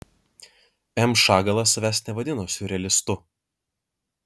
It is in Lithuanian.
m šagalas savęs nevadino siurrealistu